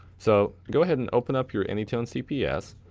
so, go ahead and open up your anytone cps,